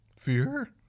Fear